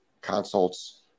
consults